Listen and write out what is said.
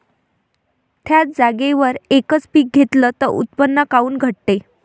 थ्याच जागेवर यकच पीक घेतलं त उत्पन्न काऊन घटते?